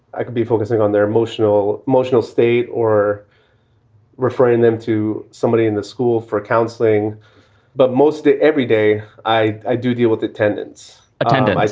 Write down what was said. i could be focusing on their emotional, emotional state or reframe them to somebody in the school for counseling but mostly every day i i do deal with attendance, attendance.